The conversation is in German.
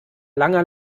langer